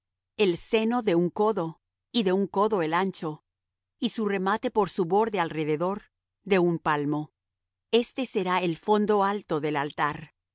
el seno de un codo y de un codo el ancho y su remate por su borde alrededor de un palmo este será el fondo alto del altar